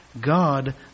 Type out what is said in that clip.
God